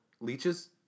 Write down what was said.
Leeches